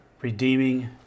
redeeming